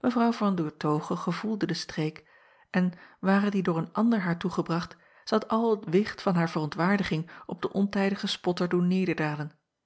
acob van ennep laasje evenster delen w an oertoghe gevoelde den steek en ware die door een ander haar toegebracht zij had al het wicht van haar verontwaardiging op den ontijdigen spotter doen